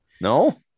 No